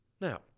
Now